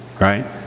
Right